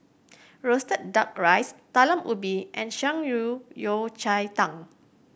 roasted Duck Rice Talam Ubi and Shan Rui Yao Cai Tang